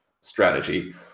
strategy